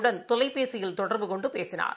வுடன் தொலைபேசியில் தொடர்பு கொண்டுபேசினார்